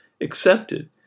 accepted